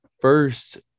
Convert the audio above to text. first